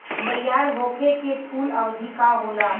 तैयार होखे के कूल अवधि का होला?